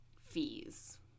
fees